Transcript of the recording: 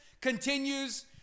continues